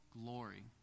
glory